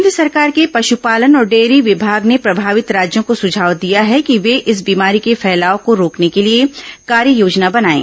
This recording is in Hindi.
केन्द्र सरकार के पशुपालन और डेयरी विभाग ने प्रभावित राज्यों को सुझाव दिया है कि वे इस बीमारी के फैलाव को रोकने के लिए कार्ययोजना बनाएं